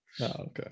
Okay